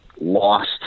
lost